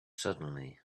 suddenly